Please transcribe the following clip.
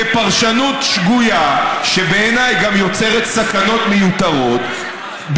בפרשנות שגויה שבעיניי גם יוצרת סכנות מיותרות,